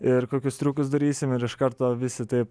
ir kokius triukus darysim ir iš karto visi taip